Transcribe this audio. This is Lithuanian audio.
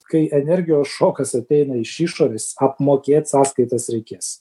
kai energijos šokas ateina iš išorės apmokėt sąskaitas reikės